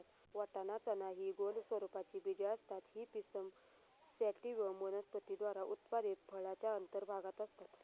वाटाणा, चना हि गोल स्वरूपाची बीजे असतात ही पिसम सॅटिव्हम वनस्पती द्वारा उत्पादित फळाच्या अंतर्भागात असतात